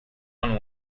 one